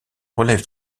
relève